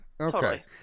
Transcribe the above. okay